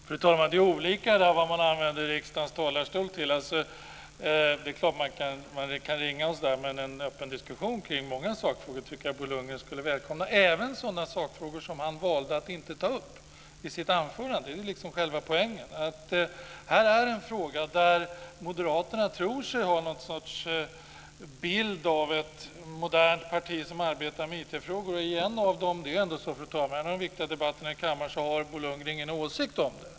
Fru talman! Det är olika vad man använder riksdagens talarstol till. Det är klart att man kan ringa, men en öppen diskussion kring många sakfrågor tycker man att Bo Lundgren skulle välkomna - även sådana sakfrågor som han valde att inte ta upp i sitt anförande. Det är själva poängen. Här är en fråga där moderaterna tror sig ha någon sorts bild av ett modernt parti som arbetar med IT-frågor. Men i en av de viktiga debatterna i kammaren har Bo Lundgren ingen åsikt.